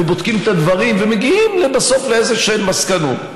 ובודקים את הדברים ומגיעים בסוף לאיזשהן מסקנות.